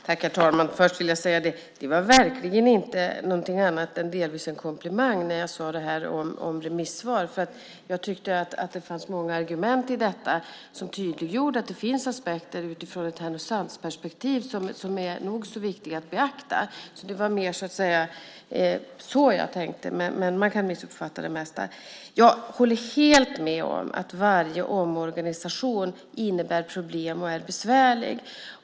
Herr talman! Först vill jag säga att det jag sade om remissvaren verkligen inte var något annat än delvis en komplimang. Jag tyckte att det fanns många argument som tydliggjorde att det finns aspekter, utifrån ett Härnösandsperspektiv, som är nog så viktiga att beakta. Det var så jag tänkte, men man kan missuppfatta saker. Jag håller helt med om att varje omorganisation innebär problem och är besvärlig.